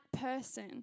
person